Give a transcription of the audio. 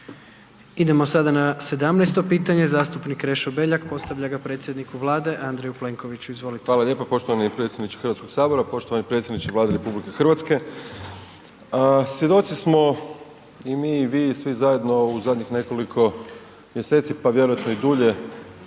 Idemo sada na 17 pitanje zastupnik Krešo Beljak postavlja ga predsjedniku Vlade Andreju Plenkoviću. Izvolite. **Beljak, Krešo (HSS)** Hvala lijepo poštovani predsjedniče Hrvatskog sabora. Poštovani predsjedniče Vlade RH svjedoci smo i mi i vi i svi zajedno u zadnjih nekoliko mjeseci pa vjerojatno i dulje